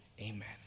Amen